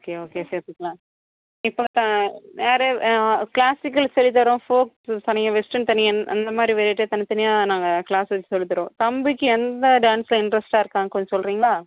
okay okay சேர்த்துக்லாம் நேரா ஆ க்ளாசிக்கல் சொல்லி தரோம் ஃபோக் தனியாக வெஸ்டன் தனியாக அந்த மாதிரி வெரட்டியாக தனி தனியாக நாங்கள் க்ளாஸஸ் சொல்லி தரோம் தம்பிக்கு எந்த டான்ஸில் இன்ட்ரஸ்டாக இருக்கானு கொஞ்சம் சொல்கிறீங்களா